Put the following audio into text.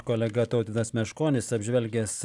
kolega tautvydas meškonis apžvelgęs